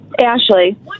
Ashley